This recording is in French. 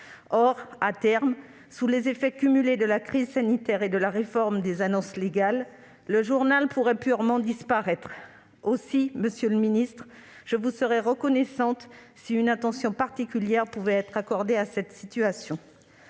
Or, à terme, sous les effets cumulés de la crise sanitaire et de la réforme des annonces légales, ce journal pourrait purement disparaître. Aussi, monsieur le ministre, je vous serais reconnaissante si une attention particulière pouvait être accordée à cette situation.